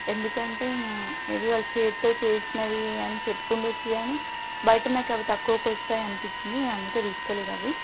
ఎందుకంటే maybe వాళ్ళు చేతితో చేసినవి అని చెప్పుండచ్చు కాని బయట నాకు తక్కువకి వస్తాయనిపిచ్చింది నేనందుకే తీసుకోలేదు అవి